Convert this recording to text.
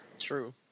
True